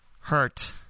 hurt